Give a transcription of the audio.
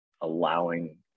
allowing